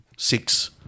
Six